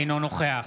אינו נוכח